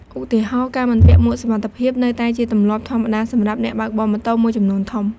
ឧទាហរណ៍ ការមិនពាក់មួកសុវត្ថិភាពនៅតែជាទម្លាប់ធម្មតាសម្រាប់អ្នកបើកបរម៉ូតូមួយចំនួនធំ។